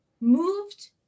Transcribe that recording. moved